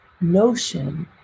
notion